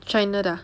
china 的 ah